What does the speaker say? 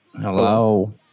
Hello